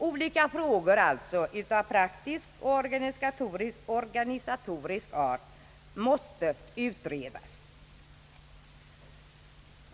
Det finns alltså olika frågor av praktisk och organisatorisk art som måste utredas.